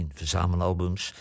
verzamelalbums